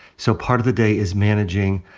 so part of the day is managing,